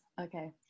Okay